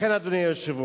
לכן, אדוני היושב-ראש,